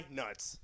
nuts